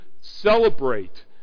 celebrate